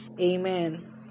Amen